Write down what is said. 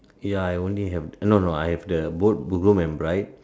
ya I only have the no no I have the both the both groom and bride